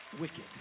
Wicked